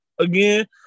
Again